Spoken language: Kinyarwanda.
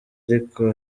ariko